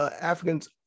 Africans